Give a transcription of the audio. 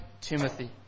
Timothy